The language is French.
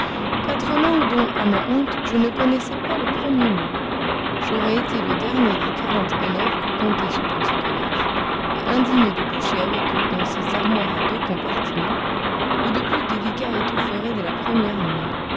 quatre langues dont à ma honte je ne connaissais pas le premier mot j'aurais été le dernier des quarante élèves que comptait ce petit collège et indigne de coucher avec eux dans ces armoires à deux compartiments où de plus délicats étoufferaient dès la première nuit